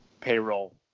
payroll